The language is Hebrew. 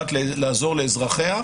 לעזרה.